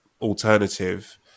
alternative